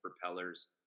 propellers